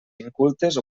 incultes